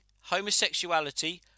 homosexuality